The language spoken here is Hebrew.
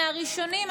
מהראשונים,